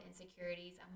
insecurities